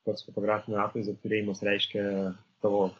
pats fotografinio atvaizdo turėjimas reiškia tavo